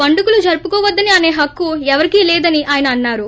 పండుగలు జరుపుకోఅవద్దని అసే హక్కు ఎవరికీ లేదని ఆయన అన్నారు